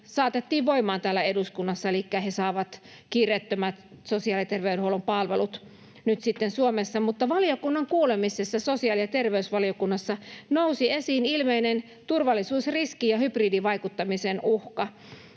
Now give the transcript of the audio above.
saatettiin voimaan täällä eduskunnassa, elikkä he saavat kiireettömät sosiaali- ja terveydenhuollon palvelut nyt sitten Suomessa. Mutta valiokunnan kuulemisessa sosiaali- ja terveysvaliokunnassa nousi esiin ilmeinen turvallisuusriski ja hybridivaikuttamisen uhka.